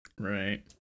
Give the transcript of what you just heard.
Right